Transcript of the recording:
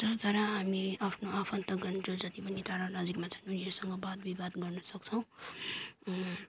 तर हामी आफ्नो आफन्तगण जो जति पनि टाढा नजिकमा छन् उनीहरूसँग बात विवाद गर्नुसक्छौँ